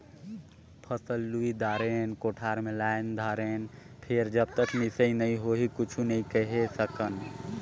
फसल लुई दारेन, कोठार मे लायन दारेन फेर जब तक मिसई नइ होही कुछु नइ केहे सकन